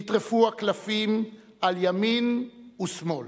נטרפו הקלפים על ימין ושמאל.